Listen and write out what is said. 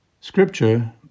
Scripture